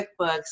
QuickBooks